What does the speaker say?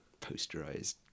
posterized